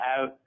out